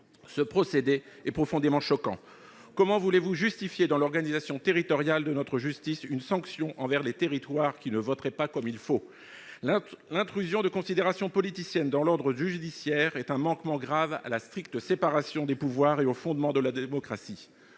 Ce procédé est profondément choquant. Comment voulez-vous justifier, dans l'organisation territoriale de notre justice, une sanction envers les territoires qui ne voteraient pas comme il faut ? L'intrusion de considérations politiciennes dans l'ordre judiciaire est un manquement grave à la stricte séparation des pouvoirs et aux fondements de la démocratie.